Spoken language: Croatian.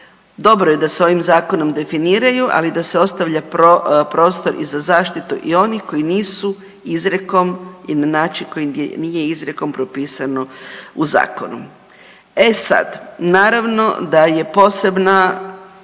dobro je da s ovim Zakonom definiraju, ali da se ostavlja prostor i za zaštitu i onih koji nisu izrekom i na način koji nije izrijekom propisano u zakonu. E sad, naravno da je posebna